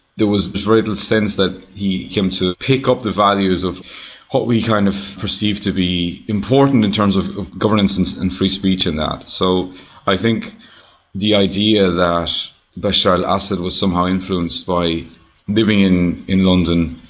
there was very little sense that he came to pick up the values of what we kind of perceive to be important in terms of of governance and free speech and that. so i think the idea that bashar al-assad was somehow influenced by living in in london,